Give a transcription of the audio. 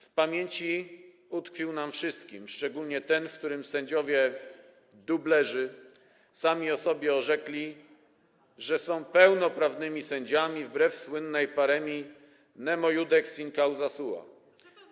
W pamięci utkwił nam wszystkim szczególnie ten, w którym sędziowie dublerzy sami o sobie orzekli, że są pełnoprawnymi sędziami, wbrew słynnej paremii: nemo iudex in causa sua.